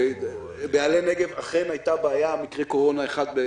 ב"עלה נגב" אכן הייתה בעיה, מקרה קורונה אחד.